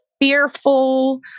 fearful